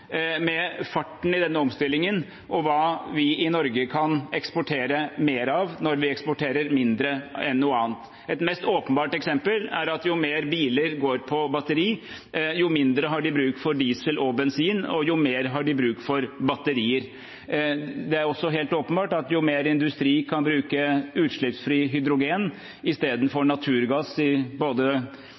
farten i denne omstillingen og hva vi i Norge kan eksportere mer av når vi eksporterer mindre av noe annet. Et åpenbart eksempel er at jo flere biler som går på batteri, jo mindre har de bruk for diesel og bensin, og jo mer har de bruk for batterier. Det er også helt åpenbart at jo mer industrien kan bruke utslippsfri hydrogen istedenfor naturgass, både